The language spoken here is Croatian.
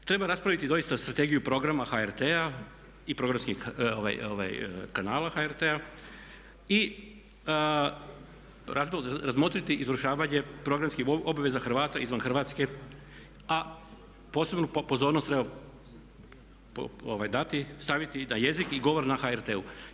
Treba raspraviti doista Strategiju programa HRT-a i programskih kanala HRT-a i razmotriti izvršavanje programskih obveza Hrvata izvan Hrvatske, a posebnu pozornost treba dati, staviti da jezik i govor na HRT-u.